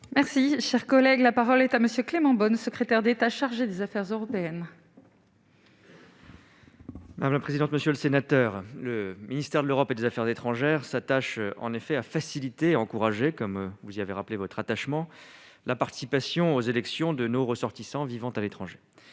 Merci, cher collègue, la parole est à monsieur Clément Beaune, secrétaire d'État chargé des affaires européennes. Madame la présidente, monsieur le sénateur, le ministère de l'Europe et des Affaires étrangères s'attache en effet à faciliter et encourager comme vous y avez rappelé votre attachement, la participation aux élections de nos ressortissants vivant à l'étranger,